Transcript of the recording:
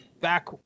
back